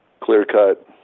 clear-cut